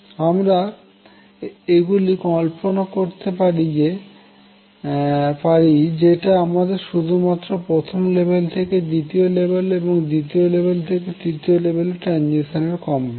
আমরা এগুলি কল্পনা করতে পারি যেটা আমরা শুধুমাত্র প্রথম লেভেল থেকে দ্বিতীয় লেভেলে এবং দ্বিতীয় লেভেল থেকে তৃতীয় লেভেলে ট্রাঞ্জিশন এর কম্পাঙ্ক